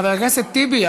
חבר הכנסת טיבי,